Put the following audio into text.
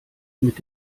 mit